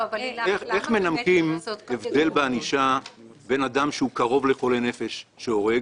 איך מדרגים הבדל בענישה בין אדם שהוא קרוב לחולה נפש שהורג